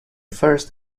first